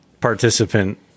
participant